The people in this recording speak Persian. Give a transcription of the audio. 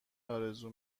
آرزو